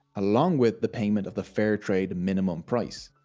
along with the payment of the fairtrade minimum price.